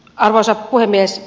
arvoisa puhemies